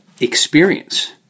experience